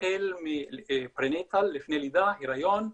החל מפרנטל, לפני לידה, היריון,